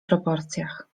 proporcjach